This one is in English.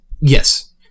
Yes